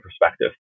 perspective